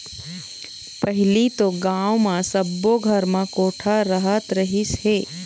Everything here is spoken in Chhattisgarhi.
पहिली तो गाँव म सब्बो घर म कोठा रहत रहिस हे